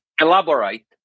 elaborate